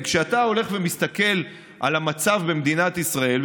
כשאתה הולך ומסתכל על המצב במדינת ישראל,